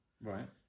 Right